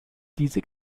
diese